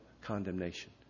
condemnation